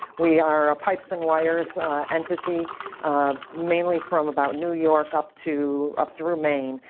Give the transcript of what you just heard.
we are a pipes and wires entity mainly from about new york up to up through maine.